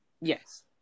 Yes